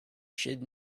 should